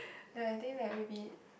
ya I think that maybe